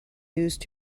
used